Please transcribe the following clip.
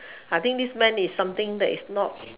I think this man is something that is not